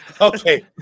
Okay